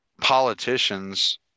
politicians